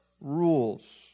rules